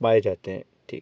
पाए जाते हैं ठीक